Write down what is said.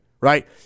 Right